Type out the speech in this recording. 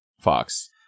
fox